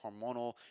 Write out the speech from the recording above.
hormonal